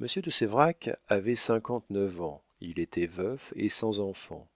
de séverac avait cinquante-neuf ans il était veuf et sans enfants